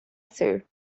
ser